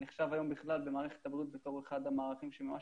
הוא נחשב היום במערכת הבריאות כאחד המערכים שממש